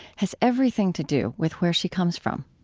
has everything to do with where she comes from